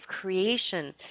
creation